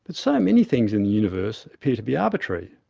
but so many things in the universe appear to be arbitrary.